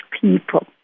people